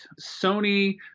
Sony